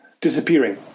disappearing